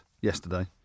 yesterday